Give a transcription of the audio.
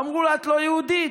אמרו לה: את לא יהודייה,